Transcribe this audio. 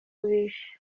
bishe